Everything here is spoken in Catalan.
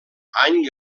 any